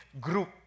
group